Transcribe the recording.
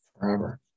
Forever